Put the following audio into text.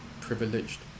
privileged